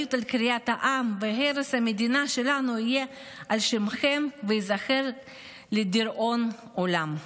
האחריות לקריעת העם והרס המדינה שלנו תהיה על שמכם ותיזכר לדיראון עולם,